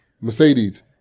Mercedes